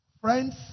Friends